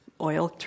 oil